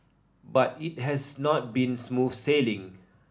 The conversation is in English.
but it has not been smooth sailing